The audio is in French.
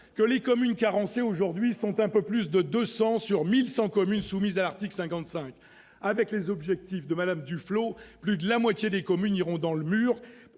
: les communes carencées aujourd'hui sont un peu plus de 200 sur 1 100 communes soumises à l'article 55 de la loi SRU. Avec les objectifs de Mme Duflot, plus de la moitié des communes iront dans le mur